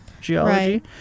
geology